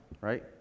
right